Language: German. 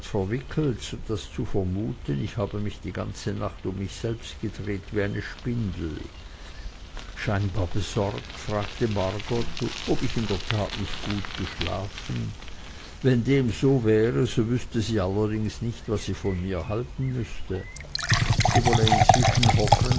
verwickelt so daß zu vermuten ich habe mich die ganze nacht um mich selbst gedreht wie eine spindel scheinbar besorgt fragte margot ob ich in der tat nicht gut geschlafen wenn dem so wäre so wüßte sie allerdings nicht was sie von mir halten müßte sie wolle inzwischen